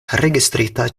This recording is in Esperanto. registrita